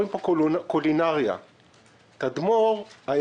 על זה אומר שלמה המלך: יוסיף דעת, יוסיף מכאוב.